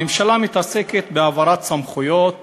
הממשלה מתעסקת בהעברת סמכויות